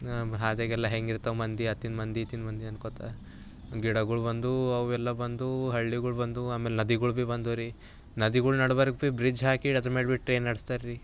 ಹಾದಿಯಾಗೆಲ್ಲ ಹೆಂಗೆ ಇರ್ತಾವೆ ಮಂದಿ ಅತ್ತಿನ ಮಂದಿ ಇತ್ತಿನ ಮಂದಿ ಅಂದ್ಕೊಳ್ತ ಗಿಡಗಳು ಬಂದವು ಅವೆಲ್ಲ ಬಂದವು ಹಳ್ಳಿಗಳು ಬಂದವು ಆಮೇಲೆ ನದಿಗಳು ಭೀ ಬಂದವು ರೀ ನದಿಗಳ ನಡಬರ್ಕ್ ಭೀ ಬ್ರಿಡ್ಜ್ ಹಾಕಿ ಅದ್ರ ಮೇಲೆ ಭೀ ಟ್ರೇನ್ ನಡೆಸ್ತಾರೆ ರೀ